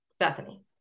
Bethany